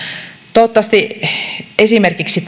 toivottavasti esimerkiksi